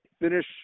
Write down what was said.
finish